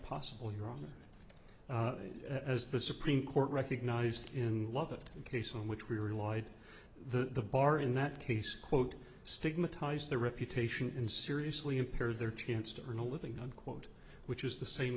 possible you're wrong as the supreme court recognized in love that the case in which we relied on the bar in that case quote stigmatize the reputation and seriously impair their chance to earn a living unquote which is the same